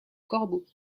corbeaux